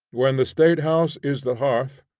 when the state-house is the hearth,